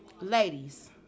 ladies